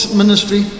ministry